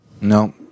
no